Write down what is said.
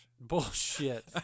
Bullshit